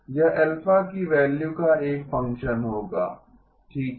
यह α की वैल्यू का एक फंक्शन होगा ठीक है